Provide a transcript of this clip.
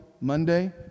Monday